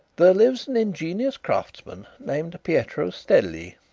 there lives an ingenious craftsman named pietro stelli.